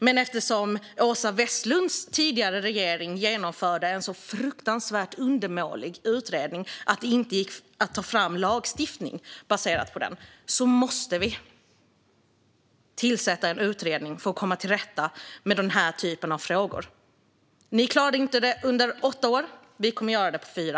Men eftersom Åsa Westlunds regering genomförde en sådan fruktansvärt undermålig utredning att det inte gick att ta fram lagstiftning baserad på den måste vi tillsätta en utredning för att komma till rätta med denna typ av frågor. Ni klarade det inte under era åtta år. Vi kommer att göra det på fyra.